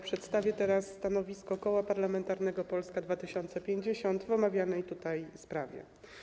Przedstawię stanowisko Koła Parlamentarnego Polska 2050 w omawianej tutaj sprawie.